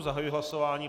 Zahajuji hlasování.